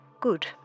Good